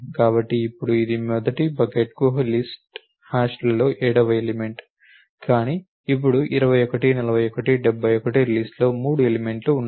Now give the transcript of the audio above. కాబట్టి ఇప్పుడు ఇది మొదటి బకెట్కు లిస్ట్ హ్యాష్లలో ఏడవ ఎలిమెంట్ కానీ ఇప్పుడు 21 41 71 లిస్ట్ లో 3 ఎలిమెంట్లు ఉన్నాయి